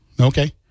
okay